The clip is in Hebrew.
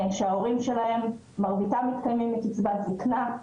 שההורים שלהם, מרביתם מתקיימים מקצבת זקנה.